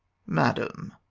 madam,